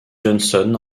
johnson